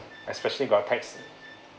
especially got tax